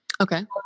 Okay